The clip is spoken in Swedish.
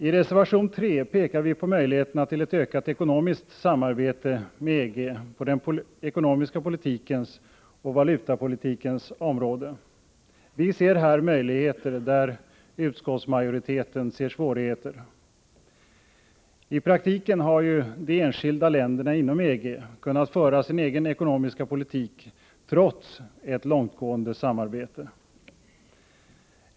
I reservation 3 pekar vi på möjligheterna till ett ökat ekonomiskt samarbete med EG på den ekonomiska politikens och valutapolitikens område. Vi ser här möjligheter där utskottsmajoriteten ser svårigheter. I praktiken har ju de enskilda länderna inom EG kunnat föra sin egen ekonomiska politik trots ett långtgående samarbete.